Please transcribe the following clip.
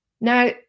Now